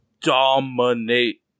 Dominate